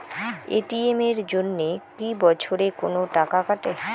ATM এর জন্যে কি বছরে কোনো টাকা কাটে?